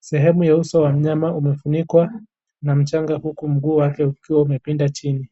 Sehemu ya uso wa mnyama imefunikwa na mchanga huku miguu wake ukiwa umepinda chini.